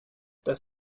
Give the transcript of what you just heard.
das